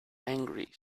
angry